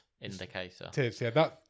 indicator